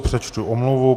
Přečtu omluvu.